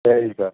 சரிங்க சார்